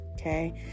okay